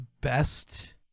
best